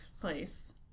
place